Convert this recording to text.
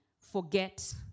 forget